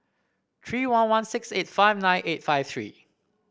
three one one six eight five nine eight five three